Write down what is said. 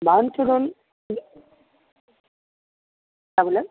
बहन के क्या बोले